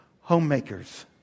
Homemakers